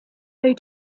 they